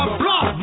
block